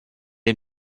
est